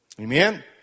Amen